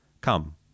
Come